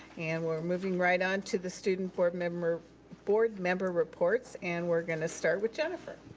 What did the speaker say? and we're moving right on to the student board member board member reports. and we're gonna start with jennifer.